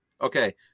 Okay